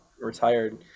retired